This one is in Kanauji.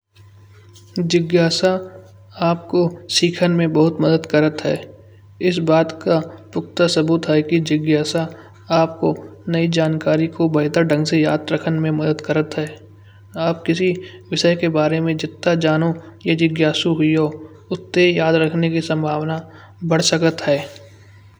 जिज्ञासा आपको सिखन में बहुत मदद करता है इस बात का पुख्ता सबूत है। जिज्ञासा आपको नई जानकारी को बेहतर ढंग से याद रखने में मदद करता है। आप किसी विषय के बारे में जितना जानो यह जिज्ञासु हुई हो उत्ते याद रखने की संभावना बढ़ सकती है।